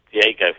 Diego